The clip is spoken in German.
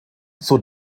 zur